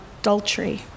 adultery